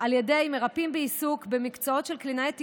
על ידי מרפאים בעיסוק, מקצועות של קלינאי תקשורת,